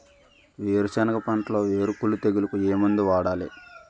వేరుసెనగ పంటలో వేరుకుళ్ళు తెగులుకు ఏ మందు వాడాలి?